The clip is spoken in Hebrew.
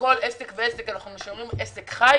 כל עסק, אנו משמרים עסק חי